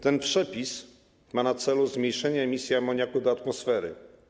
Ten przepis ma na celu zmniejszenie emisji amoniaku do atmosfery.